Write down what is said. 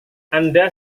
anda